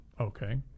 okay